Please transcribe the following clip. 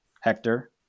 Hector